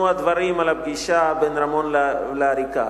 הדברים על הפגישה בין רמון לעריקאת,